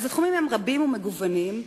התחומים הם רבים ומגוונים,